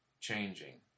changing